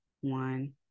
one